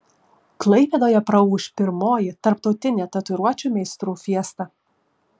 klaipėdoje praūš pirmoji tarptautinė tatuiruočių meistrų fiesta